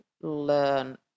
learn